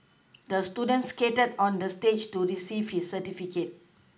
the student skated on the stage to receive his certificate